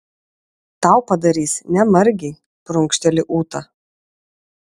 tau padarys ne margei prunkšteli ūta